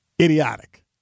Idiotic